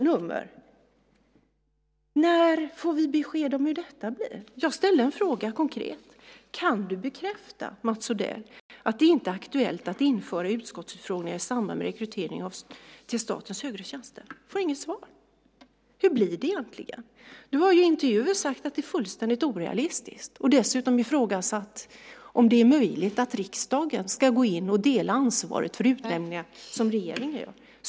När får vi besked om hur detta blir? Jag ställde en konkret fråga: Kan du bekräfta, Mats Odell, att det inte är aktuellt att införa utskottsutfrågningar i samband med rekrytering till statens högre tjänster? Jag får inget svar. Hur blir det egentligen? Mats Odell har i intervjuer sagt att det är fullständigt orealistiskt, och han har dessutom ifrågasatt om det är möjligt att riksdagen ska gå in och dela ansvaret för regeringens utnämningar.